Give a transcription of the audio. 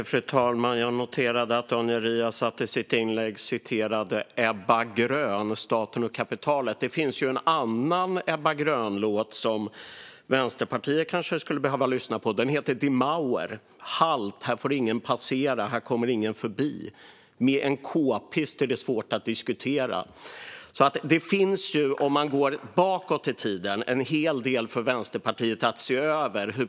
Fru talman! Jag noterade att Daniel Riazat i sitt inlägg citerade Ebba Grön och Staten och kapitalet. Det finns en annan låt av Ebba Grön som Vänsterpartiet kanske skulle behöva lyssna på. Den heter Die Mauer . Jag läser ur texten: Halt! Här får ingen passera. Här kommer ingen förbi. Men med en k-pist är det svårt att diskutera. Om man går bakåt i tiden finns det en hel del för Vänsterpartiet att se över.